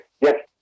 yes